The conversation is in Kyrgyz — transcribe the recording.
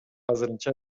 азырынча